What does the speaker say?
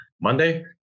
Monday